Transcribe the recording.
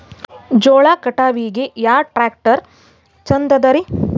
ಜೋಳ ಕಟಾವಿಗಿ ಯಾ ಟ್ಯ್ರಾಕ್ಟರ ಛಂದದರಿ?